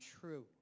true